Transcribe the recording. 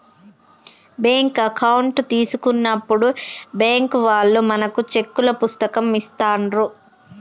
bank account తీసుకున్నప్పుడే bank వాళ్ళు మనకు చెక్కుల పుస్తకం ఇస్తాండ్రు